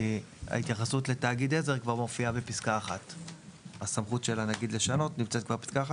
כי ההתייחסות לתאגיד עזר והסמכות של הנגיד לשנות כבר מופיעה בפסקה